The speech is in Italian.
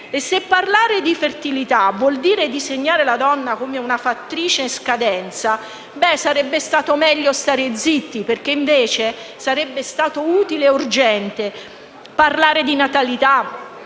E se parlare di fertilità vuol dire disegnare la donna come una fattrice in scadenza, allora sarebbe stato meglio stare zitti. Al contrario, sarebbe stato utile e urgente parlare di natalità,